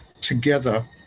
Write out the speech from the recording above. together